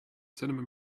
cinnamon